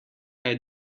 kaj